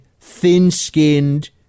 thin-skinned